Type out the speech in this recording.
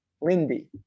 Lindy